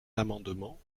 l’amendement